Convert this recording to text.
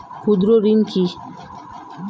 ক্ষুদ্র ঋণ কি?